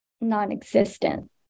non-existent